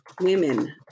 women